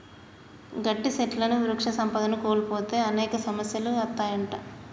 గట్టి సెట్లుని వృక్ష సంపదను కోల్పోతే అనేక సమస్యలు అత్తాయంట